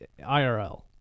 irl